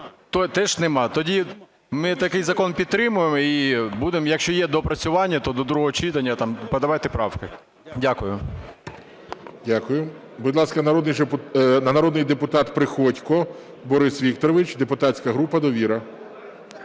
Теж нема? Тоді ми такий закон підтримуємо і будемо, якщо є доопрацювання, то до другого читання подавати правки. Дякую. ГОЛОВУЮЧИЙ. Дякую. Будь ласка, народний депутат Приходько Борис Вікторович, Депутатська група "Довіра".